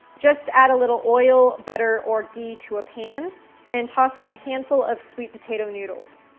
just add a little oil, butter, or ghee to a pan and toss in a handful of sweet potato noodles.